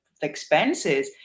expenses